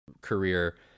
career